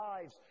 lives